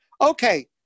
Okay